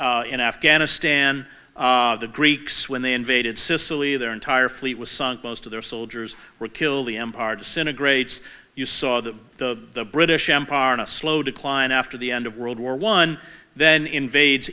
this in afghanistan the greeks when they invaded sicily their entire fleet was sunk most of their soldiers were killed the empire disintegrates you saw them the british empire in a slow decline after the end of world war one then invades